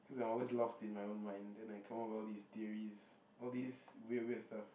cause I always lost in my own mind then I come up with all these theories all these weird weird stuffs